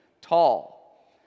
tall